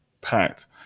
packed